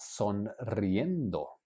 sonriendo